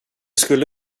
skulle